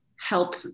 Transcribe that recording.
help